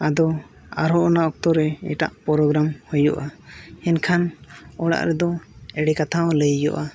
ᱟᱫᱚ ᱟᱨᱦᱚᱸ ᱚᱱᱟ ᱚᱠᱛᱚᱨᱮ ᱮᱴᱟᱜ ᱦᱩᱭᱩᱜᱼᱟ ᱮᱱᱠᱷᱟᱱ ᱚᱲᱟᱜ ᱨᱮᱫᱚ ᱮᱲᱮ ᱠᱟᱛᱷᱟ ᱦᱚᱸ ᱞᱟᱹᱭ ᱦᱩᱭᱩᱜᱼᱟ